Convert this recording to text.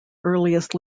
earliest